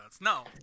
No